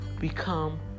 become